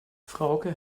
frauke